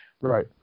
Right